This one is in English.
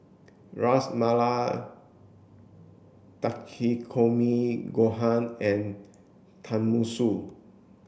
Ras Malai Takikomi Gohan and Tenmusu